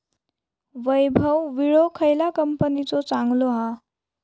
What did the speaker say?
वैभव विळो खयल्या कंपनीचो चांगलो हा?